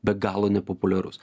be galo nepopuliarus